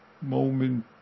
moment